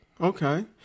Okay